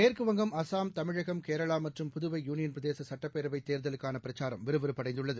மேற்குவங்கம் அஸ்ஸாம் தமிழகம் கேரளாமற்றும் புதுவை யூனியன்பிரதேசசட்டப்பேரவைதேர்தலுக்கானபிரச்சாரம் விறுவிறுப்படைந்துள்ளது